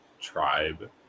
tribe